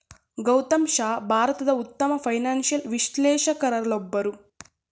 ಗೌತಮ್ ಶಾ ಭಾರತದ ಉತ್ತಮ ಫೈನಾನ್ಸಿಯಲ್ ವಿಶ್ಲೇಷಕರಲ್ಲೊಬ್ಬರು